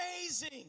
amazing